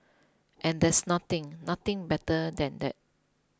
and there's nothing nothing better than that